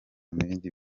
bindi